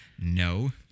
no